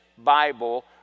Bible